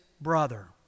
brother